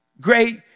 great